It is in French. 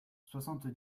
soixante